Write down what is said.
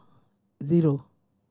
zero